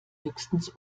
höchstens